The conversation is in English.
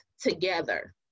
together